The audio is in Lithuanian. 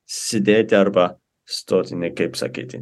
sėdėti arba stoti ne kaip sakyti